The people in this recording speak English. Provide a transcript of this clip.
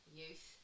youth